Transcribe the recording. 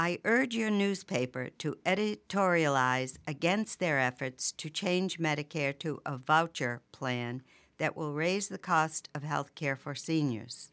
i urge you newspaper to tory allies against their efforts to change medicare to a voucher plan that will raise the cost of health care for seniors